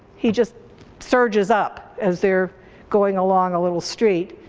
he just surges up as they're going along a little street,